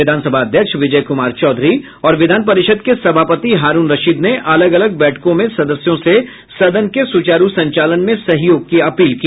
विधानसभा अध्यक्ष विजय कुमार चौधरी और विधान परिषद के सभापति हारूण रशीद ने अलग अलग बैठकों में सदस्यों से सदन के सुचारू संचालन में सहयोग की अपील की